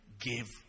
give